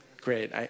Great